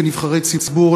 כנבחרי ציבור,